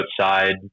outside